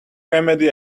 remedy